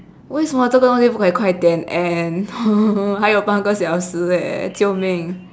为什么这个东西不可以快点 end 还有半个小时 leh 救命